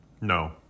No